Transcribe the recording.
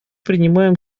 принимаем